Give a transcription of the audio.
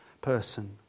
person